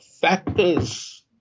factors